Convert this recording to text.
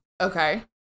Okay